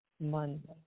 Monday